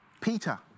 Peter